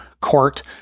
court